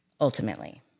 Ultimately